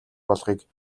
болохыг